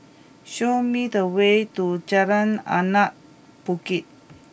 show me the way to Jalan Anak Bukit